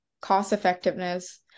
cost-effectiveness